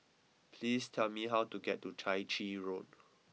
please tell me how to get to Chai Chee Road